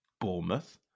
Bournemouth